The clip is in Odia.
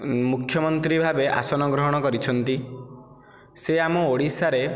ମୁଖ୍ୟମନ୍ତ୍ରୀ ଭାବେ ଆସନ ଗ୍ରହଣ କରିଛନ୍ତି ସେ ଆମ ଓଡ଼ିଶାରେ